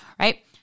right